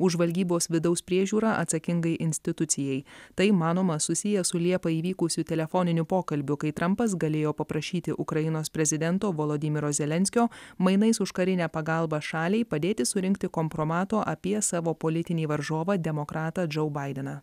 už žvalgybos vidaus priežiūrą atsakingai institucijai tai manoma susiję su liepą įvykusiu telefoniniu pokalbiu kai trampas galėjo paprašyti ukrainos prezidento volodimyro zelenskio mainais už karinę pagalbą šaliai padėti surinkti kompromato apie savo politinį varžovą demokratą džou baideną